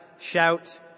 shout